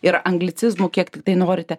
ir anglicizmų kiek tiktai norite